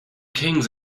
kings